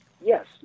Yes